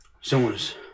Someone's